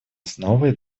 основой